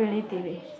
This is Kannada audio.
ಬೆಳಿತೀವಿ